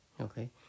okay